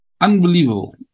Unbelievable